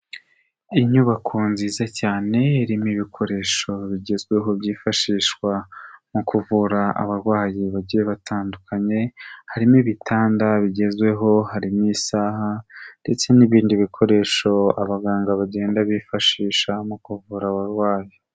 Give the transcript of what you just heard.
Inyubako nziza cyane irimo ibikoresho bigezweho byifashishwa mu kuvura abarwayi bagiye batandukanye, harimo ibitanda bigezweho, harimo isaha ndetse n'ibindi bikoresho abaganga bagenda bifashisha mu kuvura abarwayi.